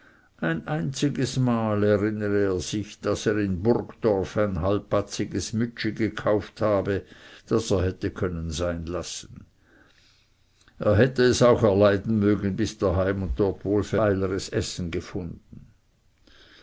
ein einziges mal erinnere er sich daß er in burgdorf ein halbbatziges mütschi gekauft habe das er hätte können sein lassen er hätte es auch erleiden mögen bis heim und dort wohlfeileres essen gefunden